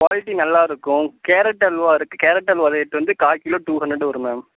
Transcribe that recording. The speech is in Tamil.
குவாலிட்டி நல்லாயிருக்கும் கேரட் அல்வா இருக்கு கேரட் அல்வா ரேட் வந்து கால் கிலோ டூ ஹண்ட்ரெட் வரும் மேம்